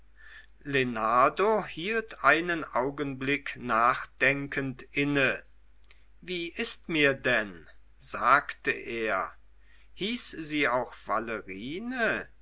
hielt einen augenblick nachdenkend inne wie ist mir denn sagte er hieß sie auch